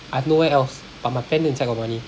I have nowhere else but my plan inside got money